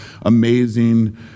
amazing